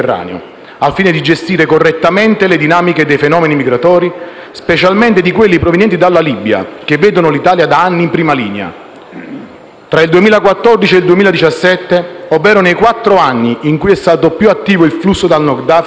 al fine di gestire correttamente le dinamiche dei fenomeni migratori, specialmente di quelli provenienti dalla Libia, che vedono l'Italia da anni in prima linea. Fra il 2014 e il 2017, ovvero nei quattro anni in cui è stato più attivo il flusso dal Nord Africa,